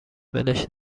ولش